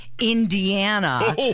Indiana